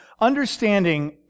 understanding